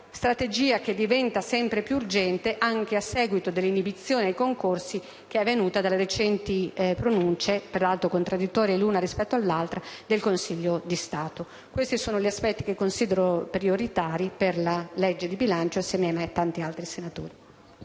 strategia che diventa sempre più urgente, anche a seguito dell'inibizione ai concorsi che è avvenuta dalle recenti pronunce, peraltro contraddittorie l'una rispetto all'altra, del Consiglio di Stato. Questi sono gli aspetti che considero prioritari per la legge di bilancio, e insieme a me tanti altri senatori.